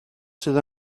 sydd